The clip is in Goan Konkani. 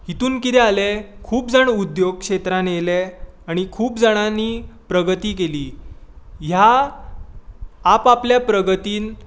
हितूंत कितें जालें खूब जाण उद्द्योक क्षेत्रांत येयले आनी खूब जाणांनी प्रगती केली ह्या आप आपल्या प्रगतींत